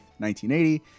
1980